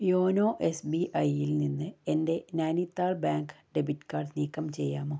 YONO S B ഐയിൽ നിന്ന് എൻ്റെ നൈനിത്താൾ ബാങ്ക് ഡെബിറ്റ് കാർഡ് നീക്കം ചെയ്യാമോ